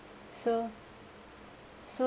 so so